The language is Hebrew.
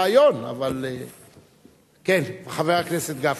רעיון, אבל, כן, חבר הכנסת גפני.